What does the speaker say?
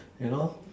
you know